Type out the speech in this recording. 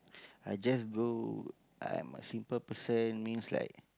I just go I am a simple person means like